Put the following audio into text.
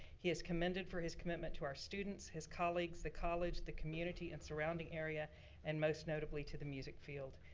he is commended for his commitment to our students, his colleagues, the college, the community and surrounding area and most notably to the music field.